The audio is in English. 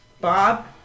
Bob